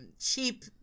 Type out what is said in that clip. cheap